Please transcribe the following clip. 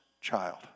child